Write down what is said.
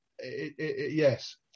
yes